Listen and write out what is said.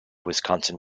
wisconsin